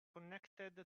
connected